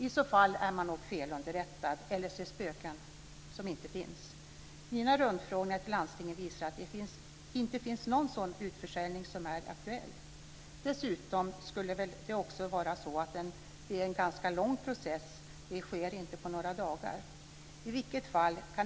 I så fall är man nog felunderrättad eller ser spöken som inte finns. Mina rundfrågningar till landstingen visar att det inte finns någon sådan utförsäljning som är aktuell. Dessutom skulle det väl också vara en ganska lång process. Det sker inte på några dagar.